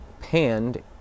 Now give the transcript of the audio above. panned